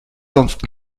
sonst